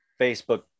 Facebook